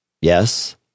Yes